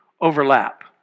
overlap